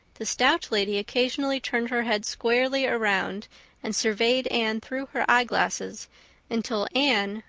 the stout lady occasionally turned her head squarely around and surveyed anne through her eyeglasses until anne,